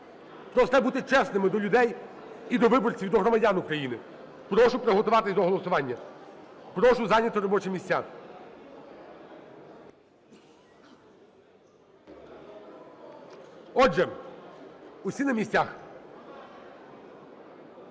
треба бути чесними до людей і до виборців, і до громадян України. Прошу приготуватись до голосування, прошу зайняти робочі місця. Отже, усі на місцях?